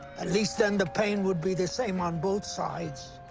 at least then the pain would be the same on both sides.